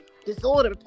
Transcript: Disorder